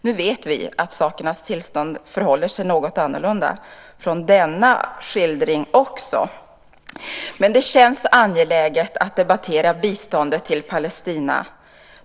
Nu vet vi att sakernas tillstånd förhåller sig något annorlunda från denna skildring också. Men det känns angeläget att debattera biståndet till Palestina.